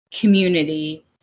community